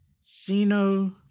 Sino